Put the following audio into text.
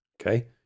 Okay